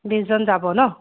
বিশজন যাব ন'